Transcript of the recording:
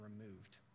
removed